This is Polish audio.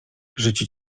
życie